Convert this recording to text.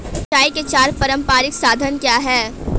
सिंचाई के चार पारंपरिक साधन क्या हैं?